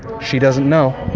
she doesn't know.